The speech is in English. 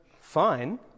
fine